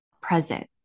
present